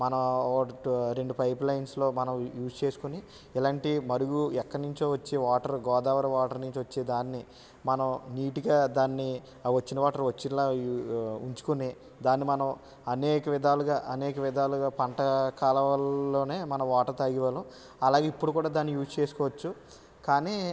మనం ఒకటి రెండు పైపులు లైన్స్లో మనం యుజ్ చేసుకొని ఇలాంటి మరుగు ఎక్కడి నుంచి వచ్చే వాటర్ గోదావరి వాటర్ నుంచి వచ్చే దాన్ని మనం నీట్గా దాన్ని వచ్చిన వాటర్ని వచ్చినల నీట్గా ఉంచుకొని దాన్ని మనం అనేక విధాలుగా అనేక విధాలుగా పంట కాలవలోనే మనం వాటర్ తాగే వాళ్ళము అలాగే ఇప్పుడు కూడా దాన్ని యూస్ చేసుకోవచ్చు కానీ